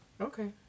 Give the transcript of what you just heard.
Okay